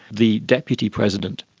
the deputy president.